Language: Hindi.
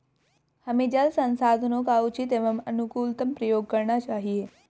हमें जल संसाधनों का उचित एवं अनुकूलतम प्रयोग करना चाहिए